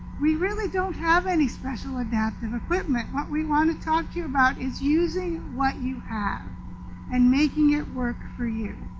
we really don't have any special adaptive equipment. what we want to talk to you about is using what you have and making it work for you.